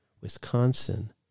Wisconsin